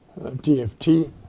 DFT